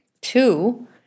Two